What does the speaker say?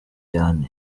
ntihazagire